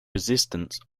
resistance